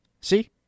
See